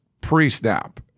pre-snap